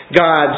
God's